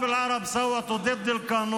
חברי הכנסת הערבים הצביעו נגד החוק,